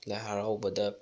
ꯂꯥꯏ ꯍꯔꯥꯎꯕꯗ